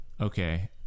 Okay